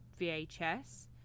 vhs